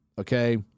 Okay